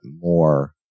more